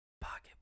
Pocket